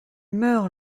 meurt